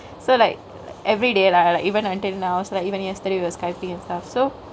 so like everyday lah like even until now so like even yesterday we were skypingk and stuff